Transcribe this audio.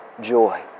joy